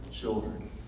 children